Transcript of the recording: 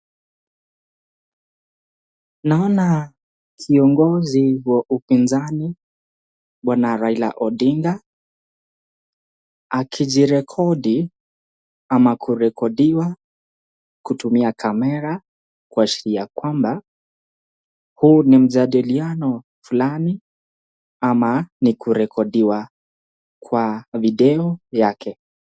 Naona kiongozi wa upinzani bwana Raila Odinga akijirekodi, ama kurekodiwa kutumia kamera, kuashiria kwamba huu ni mjadiliano fulani ama ni kurekodiwa kwa video yake.